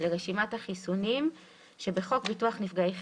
לרשימת החיסונים שבחוק ביטוח נפגעי חיסון.